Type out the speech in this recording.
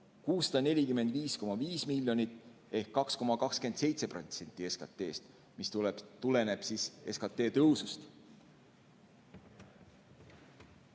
645,5 miljonit ehk 2,27% SKT‑st, mis tuleneb SKT tõusust.